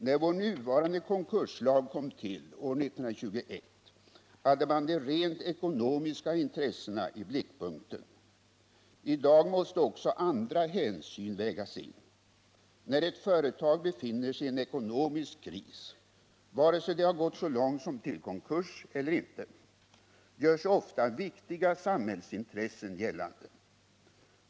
När vår nuvarande konkurslag kom till år 1921 hade man de rent ekonomiska intressena i blickpunkten. I dag måste också andra hänsyn vägas in. När ett företag befinner sig i en ekonomisk kris, vare sig det har gått så långt som till konkurs eller ej, gör sig ofta viktiga samhällsintressen gällande.